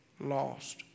lost